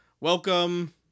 Welcome